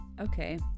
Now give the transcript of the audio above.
Okay